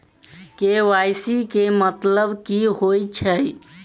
KYC केँ मतलब की होइ छै?